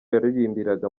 yaririmbiraga